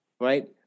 right